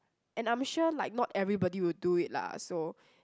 and I'm sure like not everybody will do it lah so